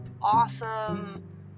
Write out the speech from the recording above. awesome